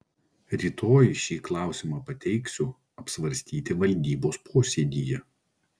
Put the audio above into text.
rytoj šį klausimą pateiksiu apsvarstyti valdybos posėdyje